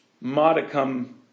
Modicum